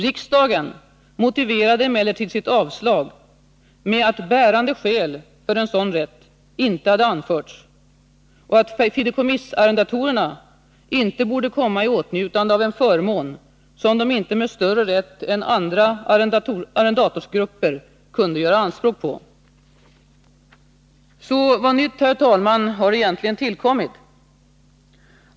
Riksdagen motiverade emellertid sitt avslag med att bärande skäl för en sådan rätt inte hade anförts och att fideikommissarrendatorerna inte borde komma i åtnjutande av en förmån som de inte med större rätt än andra arrendatorsgrupper kunde göra anspråk på. Så vad nytt, herr talman, har egentligen tillkommit?